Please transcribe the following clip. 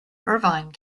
irvine